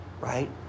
right